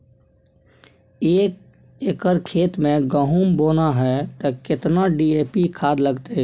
एक एकर खेत मे गहुम बोना है त केतना डी.ए.पी खाद लगतै?